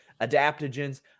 adaptogens